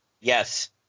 yes